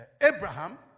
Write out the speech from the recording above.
Abraham